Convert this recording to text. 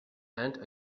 and